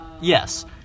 Yes